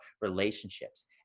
relationships